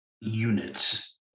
units